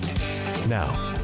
Now